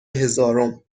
هزارم